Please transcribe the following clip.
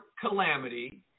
calamity